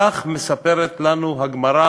כך מספרת לנו הגמרא